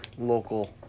local